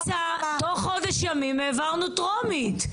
ניצה, תוך חודש ימים העברנו טרומית.